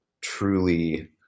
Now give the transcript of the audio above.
truly